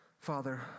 Father